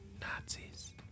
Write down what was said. Nazis